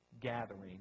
gathering